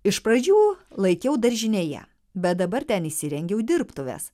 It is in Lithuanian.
iš pradžių laikiau daržinėje bet dabar ten įsirengiau dirbtuves